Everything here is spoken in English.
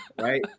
Right